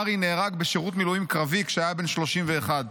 ארי נהרג בשירות מילואים קרבי כשהיה בן 31,